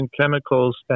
chemicals